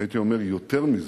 הייתי אומר יותר מזה,